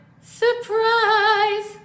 Surprise